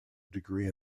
degree